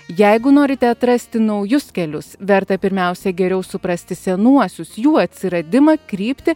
jeigu norite atrasti naujus kelius verta pirmiausia geriau suprasti senuosius jų atsiradimą kryptį